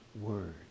word